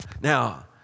Now